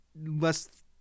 less